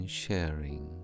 sharing